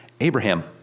Abraham